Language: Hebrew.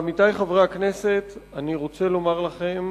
עמיתי חברי הכנסת, אני רוצה לומר לכם,